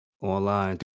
online